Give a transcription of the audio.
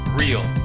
real